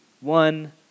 one